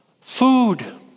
Food